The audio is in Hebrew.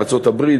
בארצות-הברית,